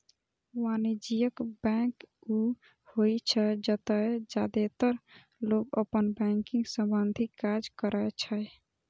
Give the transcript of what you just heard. वाणिज्यिक बैंक ऊ होइ छै, जतय जादेतर लोग अपन बैंकिंग संबंधी काज करै छै